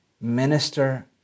Minister